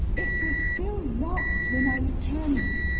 it was still locked when i returned,